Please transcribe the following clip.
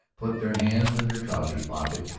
put their hands in their trousers-pockets,